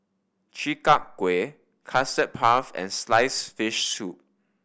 Chi Kak Kuih Custard Puff and sliced fish soup